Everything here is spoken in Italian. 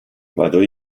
vado